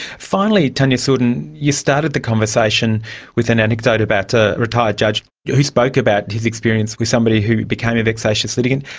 finally tania sourdin, you started the conversation with an anecdote about a retired judge yeah who spoke about his experience with somebody who became a vexatious litigant.